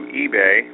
eBay